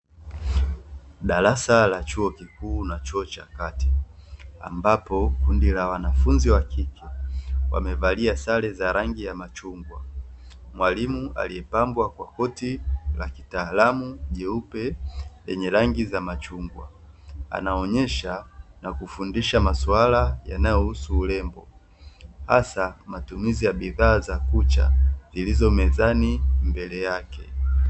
Darasa la chuo kikuu na chuo cha kati wanafunzi wameketi